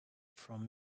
from